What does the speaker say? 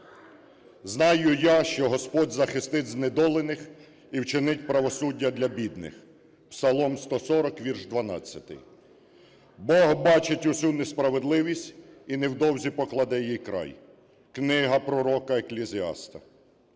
"Знаю я, що Господь захистить знедолених і вчинить правосуддя для бідних" (Псалом 140, вірш 12); "Бог бачить усю несправедливість і невдовзі покладе їй край" (Книга пророка Екклесіаста);